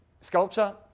sculpture